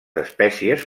espècies